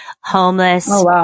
homeless